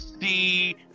see